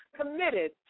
committed